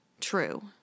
True